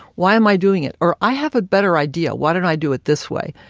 why am i doing it? or, i have a better idea. why don't i do it this way?